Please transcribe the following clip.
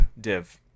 div